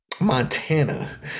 Montana